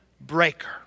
breaker